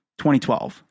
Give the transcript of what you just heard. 2012